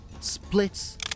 splits